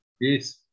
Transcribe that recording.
Yes